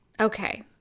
okay